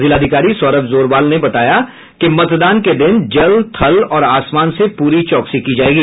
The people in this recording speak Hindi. जिलाधिकारी सौरभ जोरवाल ने बताया कि मतदान के दिन जल थल और आसमान से पूरी चौकसी की जायेगी